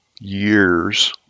years